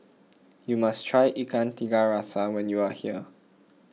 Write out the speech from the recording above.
you must try Ikan Tiga Rasa when you are here